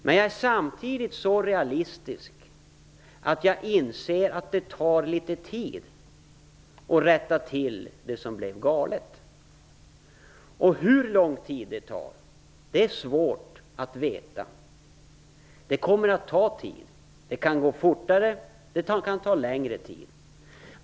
Men jag är samtidigt så realistisk att jag inser att det tar litet tid att rätta till det som blev galet. Hur lång tid det tar är svårt att veta. Det kommer att ta tid. Det kan gå fortare, och det kan ta längre tid.